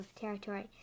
territory